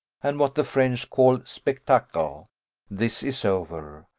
and what the french call spectacle this is over,